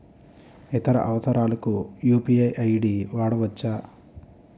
ఇతర అవసరాలకు UPI ID వాడవచ్చా?